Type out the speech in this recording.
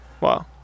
wow